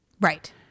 Right